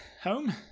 Home